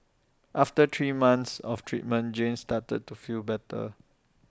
after three months of treatment Jane started to feel better